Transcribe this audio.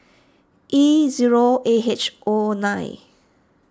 E zero A H O nine